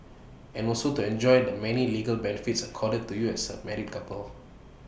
and also to enjoy the many legal benefits accorded to you as A married couple